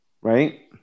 Right